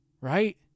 Right